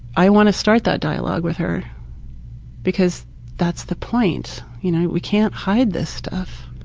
i want to start that dialog with her because that's the point. you know, we can't hide this stuff.